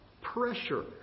pressure